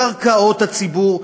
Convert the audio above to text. קרקעות הציבור,